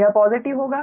यह पॉजिटिव होगा